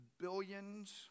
billions